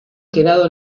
quedado